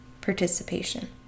participation